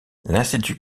l’institut